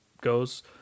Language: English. goes